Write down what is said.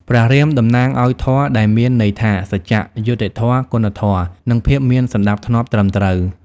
ព្រះរាមតំណាងឲ្យ ធម៌ ដែលមានន័យថា សច្ចៈ យុត្តិធម៌ គុណធម៌ និងភាពមានសណ្ដាប់ធ្នាប់ត្រឹមត្រូវ ។